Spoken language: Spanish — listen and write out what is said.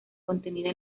contenida